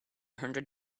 hundred